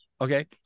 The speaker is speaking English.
Okay